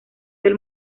del